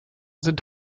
sind